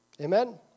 Amen